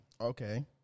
Okay